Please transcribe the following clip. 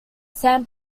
san